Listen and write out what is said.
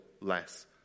less